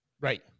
Right